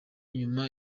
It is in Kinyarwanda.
nyuma